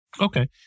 Okay